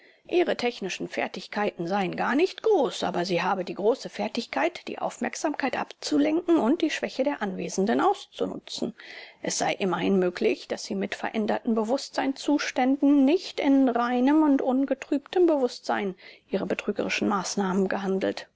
ihre technischen fertigkeiten seien gar nicht groß aber sie habe die große fertigkeit die aufmerksamkeit abzulenken und die schwäche der anwesenden auszunutzen es sei immerhin möglich daß sie mit veränderten bewußtseinszuständen nicht mit reinem und ungetrübtem bewußtsein ihrer betrügerischen maßnahmen gehandelt